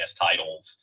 titles